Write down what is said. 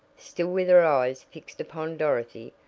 still with her eyes fixed upon dorothy,